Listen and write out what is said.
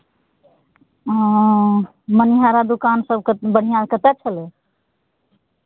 हँ मनिहारा दोकान सभके बढ़िआँ कतय छलै